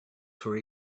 for